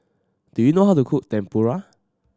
do you know how to cook Tempura